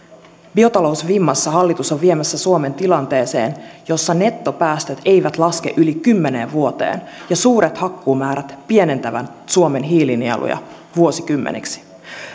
biotalousvimmassa hallitus on viemässä suomen tilanteeseen jossa nettopäästöt eivät laske yli kymmeneen vuoteen ja suuret hakkuumäärät pienentävät suomen hiilinieluja vuosikymmeniksi